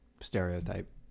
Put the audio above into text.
stereotype